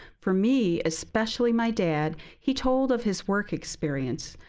for me, especially my dad, he told of his work experience.